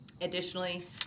Additionally